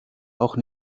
auch